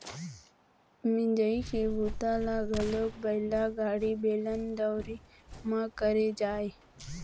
मिंजई के बूता ल घलोक बइला गाड़ी, बेलन, दउंरी म करे जाए